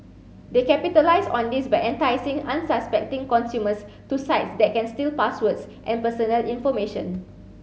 they capitalise on this by enticing unsuspecting consumers to sites that can steal passwords and personal information